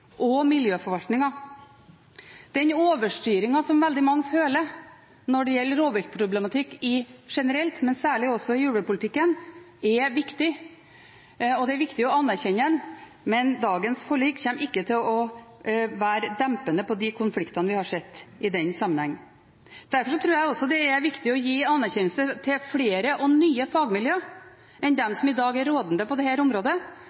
og miljøforvaltningen. Den overstyringen som veldig mange føler når det gjelder rovviltproblematikk generelt, men særlig i ulvepolitikken, er viktig, og det er viktig å anerkjenne den. Men dagens forlik kommer ikke til å være dempende på de konfliktene vi har sett i den sammenheng. Derfor tror jeg også det er viktig å gi anerkjennelse til flere og nye fagmiljøer enn dem som i dag er rådende på dette området, og sørge for at det